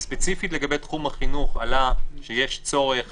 ספציפית לגבי תחום החינוך עלה שיש צורך